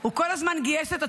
הוא כל הזמן גייס את עצמו.